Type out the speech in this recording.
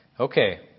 Okay